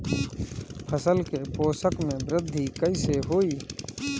फसल के पोषक में वृद्धि कइसे होई?